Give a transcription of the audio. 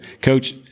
Coach